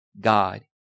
God